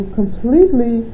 completely